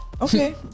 okay